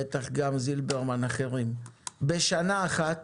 ובטח גם את זילברמן ואחרים: בשנה אחת